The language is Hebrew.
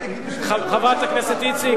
חברת הכנסת איציק,